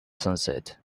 sunset